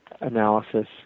analysis